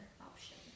option